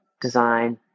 design